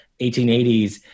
1880s